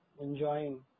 enjoying